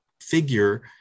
figure